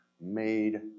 made